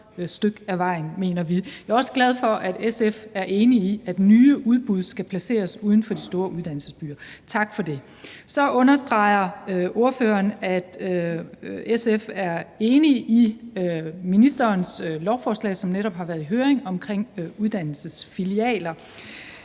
Jeg er også glad for, at SF er enig i, at nye udbud skal placeres uden for de store uddannelsesbyer. Tak for det. Så understreger ordføreren, at SF er enig i ministerens lovforslag, som netop har været i høring, omkring uddannelsesfilialer,